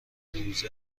روز